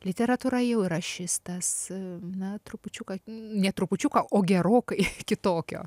literatūra jau yra šis tas na trupučiuką ne trupučiuką o gerokai kitokio